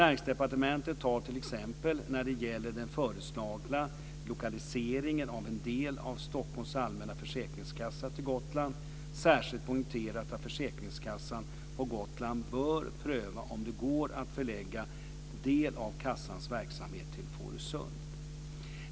Näringsdepartementet har t.ex. när det gäller den föreslagna lokaliseringen av en del av Stockholms allmänna försäkringskassa till Gotland särskilt poängterat att försäkringskassan på Gotland bör pröva om det går att förlägga del av kassans verksamhet till Fårösund.